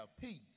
peace